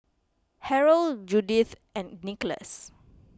Harrell Judyth and Nicolas